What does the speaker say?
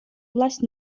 власть